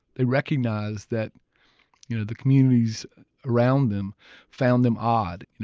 they recognized that you know the communities around them found them odd.